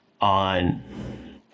on